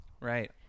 Right